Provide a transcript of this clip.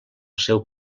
seu